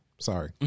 Sorry